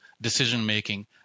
decision-making